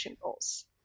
goals